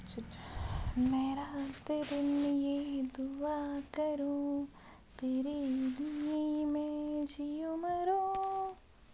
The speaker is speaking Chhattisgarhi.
चिटगोंग नसल के कुकरा ल केरी स्यामा नसल के नांव ले घलो जाने जाथे